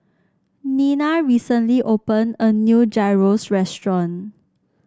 Nina recently opened a new Gyros restaurant